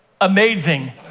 amazing